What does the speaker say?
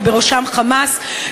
ובראשם "חמאס",